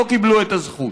לא קיבלו את הזכות.